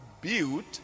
built